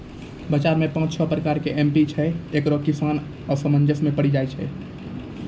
बाजार मे पाँच छह प्रकार के एम.पी.के छैय, इकरो मे किसान असमंजस मे पड़ी जाय छैय?